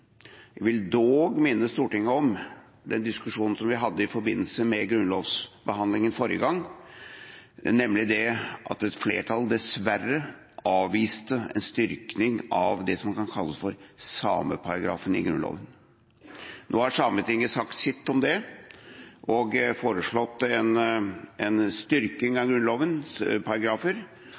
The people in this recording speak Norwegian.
Jeg vil dog minne Stortinget om den diskusjonen som vi hadde i forbindelse med grunnlovsbehandlingen forrige gang, hvor et flertall dessverre avviste en styrking av det som kan kalles for sameparagrafen i Grunnloven. Nå har Sametinget sagt sitt om det og foreslått en styrking av Grunnlovens paragrafer.